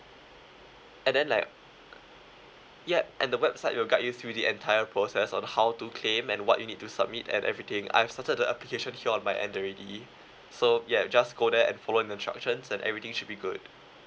and then like yup and the website will guide you through the entire process on how to claim and what you need to submit and everything I've started the application here on my end already so yup just go there and follow the instructions and everything should be good